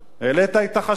העלית את מחיר החשמל,